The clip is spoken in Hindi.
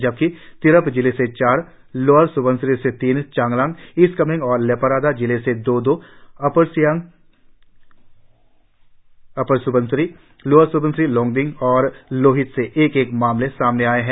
जबकि तिरप जिले से चार लोअर स्बनसिरी से तीन चांगलांग ईस्ट कामेंग और लेपारादा जिले से दो दो अपर स्बनसिरी लोअर सियांग लोंगडिंग और लिहित से एक एक मामला सामने आया है